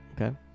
Okay